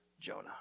Jonah